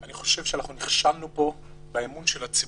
אני חושב שאנחנו נכשלנו פה באמון של הציבור,